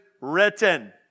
written